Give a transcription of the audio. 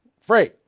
Free